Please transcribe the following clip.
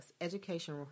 education